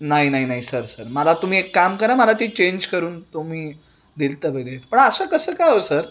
नाही नाही नाही सर सर मला तुम्ही एक काम करा मला ती चेंज करून तुम्ही पण असं कसं काय हो सर